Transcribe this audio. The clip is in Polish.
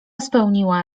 spełniła